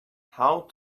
how